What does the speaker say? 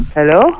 Hello